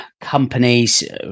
companies